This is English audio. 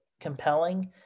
compelling